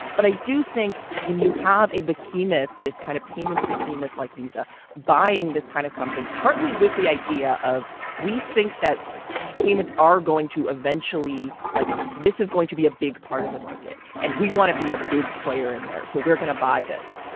but i do think when you have a behemoth, this kind of payments behemoth like visa buying, this kind of company, partly with the idea of we think that payments are going to eventually like this is going to be a big part of the market and we want to be a big player in there. so we're going to buy this.